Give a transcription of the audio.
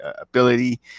ability